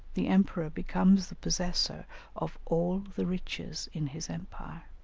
the emperor becomes the possessor of all the riches in his empire.